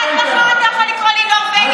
עד מחר אתה יכול לקרוא לי נורבגית.